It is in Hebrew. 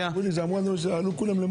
נמנע?